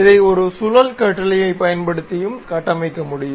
இதை ஒரு சுழல் கட்டளையைப் பயன்படுத்தியும் கட்டமைக்க முடியும்